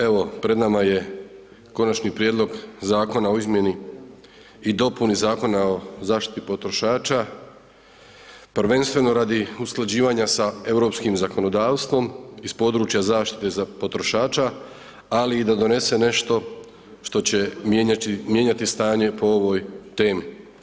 Evo pred nama je Konačni prijedlog zakona o izmjeni i dopuni Zakona o zaštiti potrošača, prvenstveno radi usklađivanja sa europskih zakonodavstvom iz područja zaštite za potrošača ali i da donese nešto što će mijenjati stanje po ovoj temi.